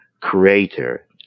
creator